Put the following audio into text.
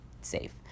safe